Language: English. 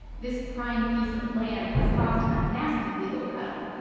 this prime piece of land has caused a nasty legal battle.